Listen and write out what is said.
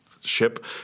ship